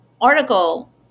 article